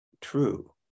true